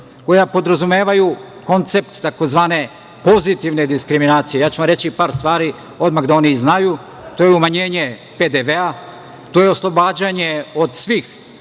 koja podrazumevaju koncept tzv. pozitivne diskriminacije. Reći ću vam par stvari, odmah da oni znaju. To je umanjenje PDV-a, to je oslobađanje od svih